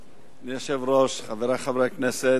אדוני היושב-ראש, חברי חברי הכנסת,